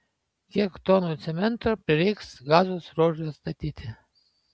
kiek tonų cemento prireiks gazos ruožui atstatyti